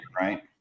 right